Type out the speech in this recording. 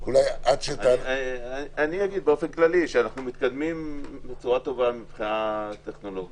אני אגיד באופן כללי שאנחנו מתקדמים בצורה טובה מהבחינה הטכנולוגית.